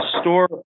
store –